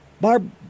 Barb